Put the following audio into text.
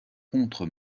contre